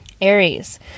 Aries